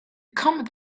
comet